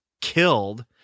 killed